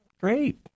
great